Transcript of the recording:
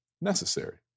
necessary